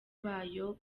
bayo